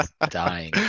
dying